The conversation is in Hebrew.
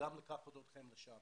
וגם לקחת אתכם לשם.